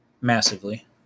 Massively